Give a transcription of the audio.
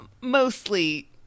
mostly